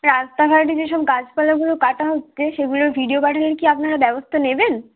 রাস্তাঘাটে যেসব গাছপালাগুলো কাটা হচ্ছে সেগুলোর ভিডিও পাঠালে কি আপনারা ব্যবস্থা নেবেন